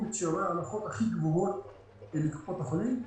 את שיעורי ההנחות הכי גבוהות לקופות החולים.